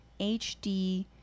HD